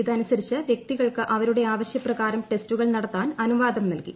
ഇതനുസരിച്ച് വൃക്തികൾക്ക് അവരുടെ ആവശ്യപ്രകാരം ടെസ്റ്റുകൾ നടത്താൻ അനുവാദം നൽകി